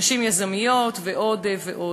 נשים יזמיות ועוד ועוד.